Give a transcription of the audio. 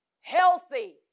healthy